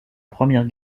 première